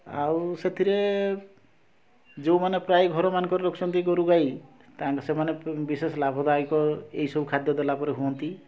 ଆଉ ସେଥିରେ ଯେଉଁ ମାନେ ପ୍ରାୟେ ଘର ମାନଙ୍କରେ ପ୍ରାୟେ ରଖିଛନ୍ତି ଗୋରୁ ଗାଈ ତାହାନେ ସେମାନେ ବିଶେଷ ଲାଭଦାୟକ ଏହି ସବୁ ଖାଦ୍ୟ ଦେଲା ପରେ ହୁଅନ୍ତି